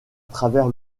travers